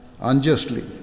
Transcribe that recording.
unjustly